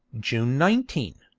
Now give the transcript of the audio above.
june nineteen.